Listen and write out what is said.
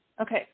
Okay